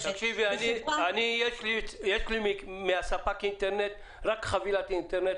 --- לי יש מספק האינטרנט רק חבילת אינטרנט.